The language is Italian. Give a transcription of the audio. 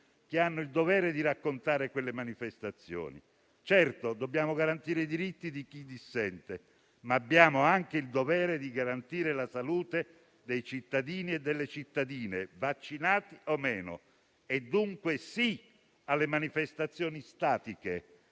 che hanno il dovere di raccontare quelle manifestazioni. Certo, dobbiamo garantire i diritti di chi dissente, ma abbiamo anche il dovere di garantire la salute dei cittadini e delle cittadine, vaccinati o meno. Dunque, sì alle manifestazioni statiche